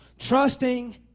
Trusting